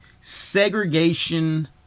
segregation